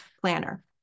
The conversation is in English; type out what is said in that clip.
planner